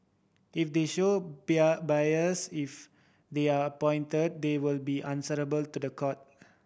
if they show bias if they are appointed they will be answerable to the court